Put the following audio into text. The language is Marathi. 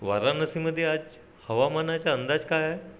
वाराणसीमध्ये आज हवामानाच्या अंदाज काय आहे